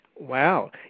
Wow